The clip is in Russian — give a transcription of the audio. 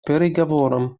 переговорам